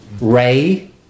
Ray